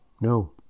no